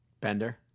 Bender